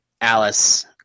Alice